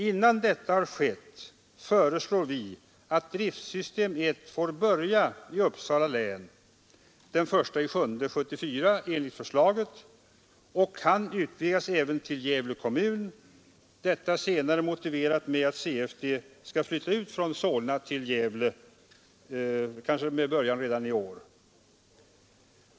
Innan så har skett föreslår vi att driftsystem 1 får börja i Uppsala län den 1 juli 1974 enligt förslaget och att det kan utvidgas även till Gävle kommun; detta senare motiveras med att CFD skall flytta ut från Solna till Gävle kanske med början redan i år.